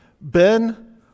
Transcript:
Ben